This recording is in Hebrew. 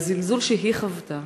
והזלזול שהיא חוותה,